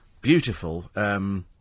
beautiful